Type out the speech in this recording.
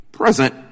Present